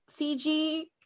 CG